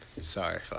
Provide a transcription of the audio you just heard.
Sorry